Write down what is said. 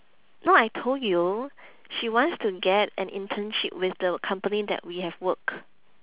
no I told you she wants to get an internship with the company that we have worked